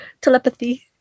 telepathy